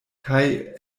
kaj